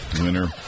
Winner